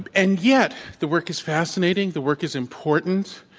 and and yet, the work is fascinating, the work is important.